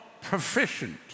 proficient